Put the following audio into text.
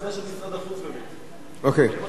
אוקיי, אז ועדת החוץ והביטחון.